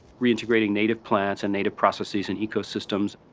reintegrating native plants and native processes and ecosystems,